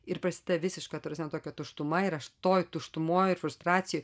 ir prasideda visiška ta prasme tokia tuštuma ir aš toj tuštumoj ir frustracijoj